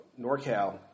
NorCal